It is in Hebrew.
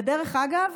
ודרך אגב,